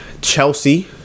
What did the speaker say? Chelsea